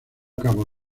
cabo